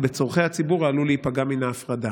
ובצורכי הציבור העלול להיפגע מן ההפרדה".